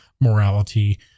morality